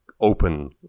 open